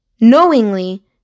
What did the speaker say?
knowingly